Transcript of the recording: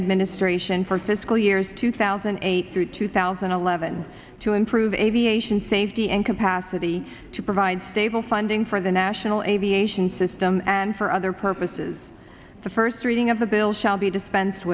administration for fiscal years two thousand and eight through two thousand and eleven to improve aviation safety and capacity to provide stable funding for the national aviation system and for other purposes the first reading of the bill shall be dispensed